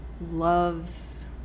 loves